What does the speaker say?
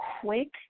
quick